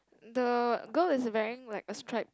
the girl is wearing like a striped